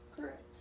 Correct